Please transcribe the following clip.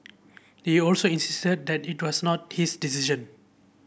he also insisted that it was not his decision